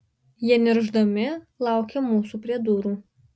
jie niršdami laukė mūsų prie durų